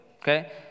okay